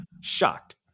Shocked